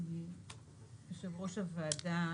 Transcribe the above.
יושב ראש הוועדה,